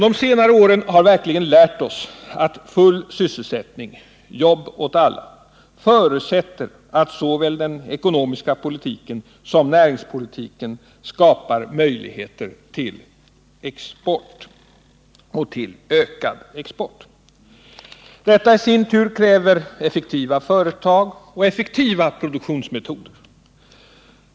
De senare åren har verkligen lärt oss att full sysselsättning, jobb åt alla, förutsätter att såväl den ekonomiska politiken som näringspolitiken skapar möjligheter till ökad export. Denna i sin tur kräver effektiva företag och effektiva produktionsmetoder.